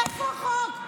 איפה החוק?